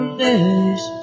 days